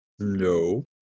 No